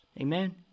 Amen